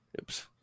oops